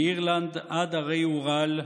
מאירלנד עד הרי אורל,